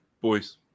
Boys